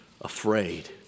afraid